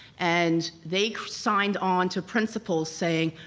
and they signed on to principles saying,